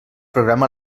programa